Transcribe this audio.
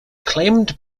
claimed